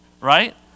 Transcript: right